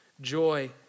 joy